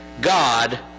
God